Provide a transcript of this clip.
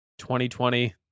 2020